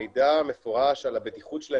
שבמהלכה ייתכן והחיסונים בשיטה הזאת כן עלולים להציף